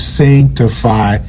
sanctify